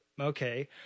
Okay